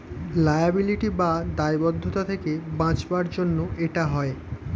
liability বা দায়বদ্ধতা থেকে বাঁচাবার জন্য এটা হয়